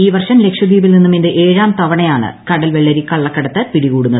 ഈ വർഷം ലക്ഷദ്വീപിൽ നിന്നും ഇത് ഏഴാം തവണയാണ് കടൽ വെള്ളരി കള്ളക്കടത്ത് പിടി കൂടുന്നത്